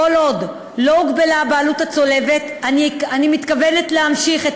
כל עוד לא הוגבלה הבעלות הצולבת אני מתכוונת להמשיך את